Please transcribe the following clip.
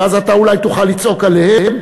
ואז אתה אולי תוכל לצעוק עליהם.